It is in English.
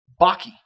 baki